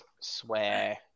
swear